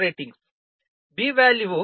91 ರಿಂದ 1